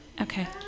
Okay